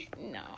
No